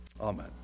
Amen